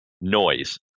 noise